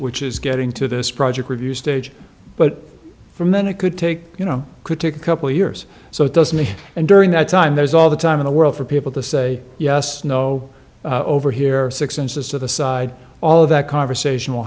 which is getting to this project review stage but from then it could take you know could take a couple years so it does me and during that time there's all the time in the world for people to say yes no over here or six inches to the side all of that conversation will